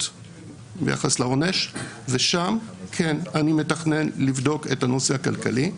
ביחס לעונש ושם אני מתכנן לבדוק את הנושא הכלכלי.